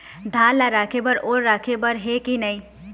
धान ला रखे बर ओल राखे बर हे कि नई?